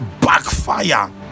backfire